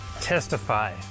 testify